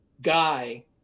guy